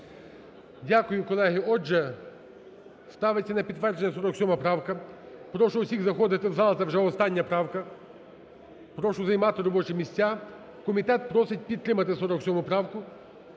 Дякую. Колеги, отже ставиться на підтвердження 47 правка. Прошу усіх заходити в зал, це вже остання правка. Прошу займати робочі місця. Комітет просить підтримати 47 правку